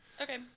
Okay